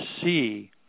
see